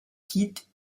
quitte